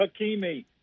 Hakimi